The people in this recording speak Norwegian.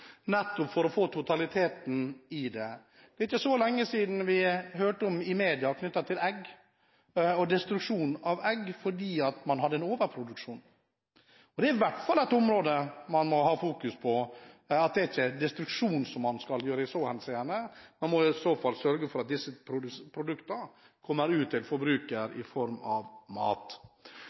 for å få totaliteten i det. Det er ikke så lenge siden vi i media hørte om egg og destruksjon av egg – at man hadde overproduksjon. Det er i hvert fall et område man må fokusere på. Det er ikke destruksjon man skal utføre i så henseende, man må sørge for at disse produktene kommer ut til forbrukeren i form av mat.